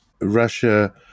Russia